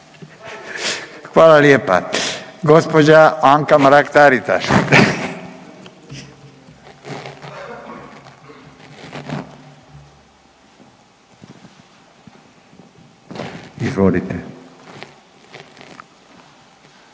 Hvala lijepa. Gospođa Anka Mrak-Taritaš. Izvolite.